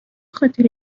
خاطر